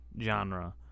genre